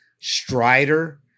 Strider